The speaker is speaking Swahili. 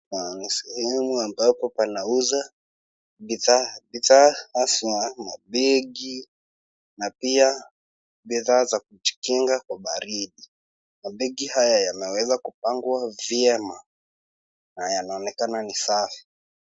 Ni sehemu ambapo pana uza bidhaa haswa mabegi na pia bidhaa za kujikinga kwa baridi, mabegi haya yamewezwa kupangwa vyema na yanaonekana ni safi.